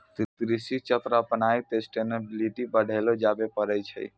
कृषि चक्र अपनाय क सस्टेनेबिलिटी बढ़ैलो जाबे पारै छै